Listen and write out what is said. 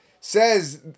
says